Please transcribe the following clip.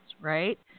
right